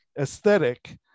aesthetic